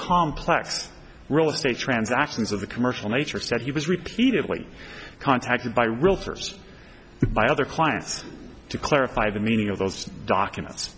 complex real estate transactions of a commercial nature said he was repeatedly contacted by realtors by other clients to clarify the meaning of those documents